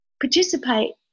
participate